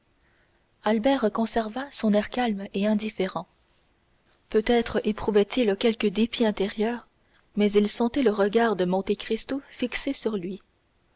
albert conserva son air calme et indifférent peut-être éprouvait-il quelque dépit intérieur mais il sentait le regard de monte cristo fixé sur lui